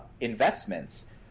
investments